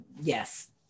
yes